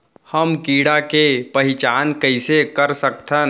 हम कीड़ा के पहिचान कईसे कर सकथन